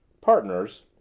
Partners